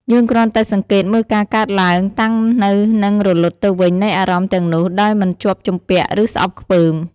យើងគ្រាន់តែសង្កេតមើលការកើតឡើង តាំងនៅនិងរលត់ទៅវិញនៃអារម្មណ៍ទាំងនោះ ដោយមិនជាប់ជំពាក់ ឬស្អប់ខ្ពើម។